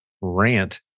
rant